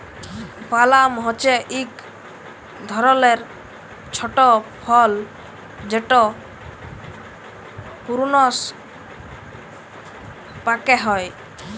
পালাম হছে ইক ধরলের ছট ফল যেট পূরুনস পাক্যে হয়